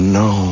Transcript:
no